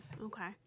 Okay